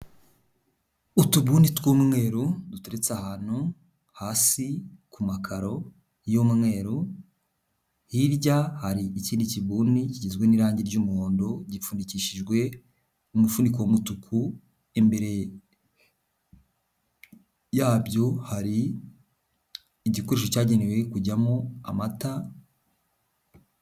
utubundi tw'umweru duteretse ahantu hasi ku makaro y'umweru hirya hari ikindi kibuni kigizwe n'irangi ry'umuhondo gipfundikishijwe umufuniko w'umutuku imbere yabyo hari igikoresho cyagenewe kujyamo amata.